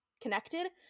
connected